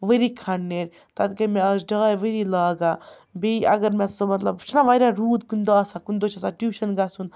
ؤری کھَنٛڈ نیرِ تَتھ گٔے مےٚ آز ڈاے ؤری لاگان بیٚیہِ اگر مےٚ سُہ مطلب چھُنہٕ واریاہ روٗد کُنہِ دۄہ آسان کُنہِ دۄہ چھِ آسان ٹیوٗشَن گژھُن